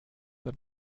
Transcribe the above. der